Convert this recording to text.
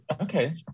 Okay